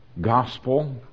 gospel